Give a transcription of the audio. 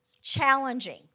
challenging